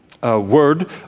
word